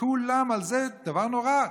כולם על זה, דבר נורא.